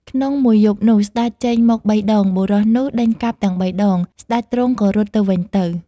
ក្នុង មួយយប់នោះស្ដេចចេញមក៣ដង បុរសនោះដេញកាប់ទាំង៣ដង ស្តេចទ្រង់ក៏រត់ទៅវិញទៅ។